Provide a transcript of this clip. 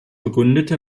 begründete